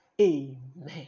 Amen